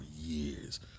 years